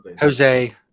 Jose